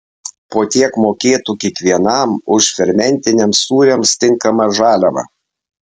po tiek mokėtų kiekvienam už fermentiniams sūriams tinkamą žaliavą